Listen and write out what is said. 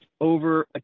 over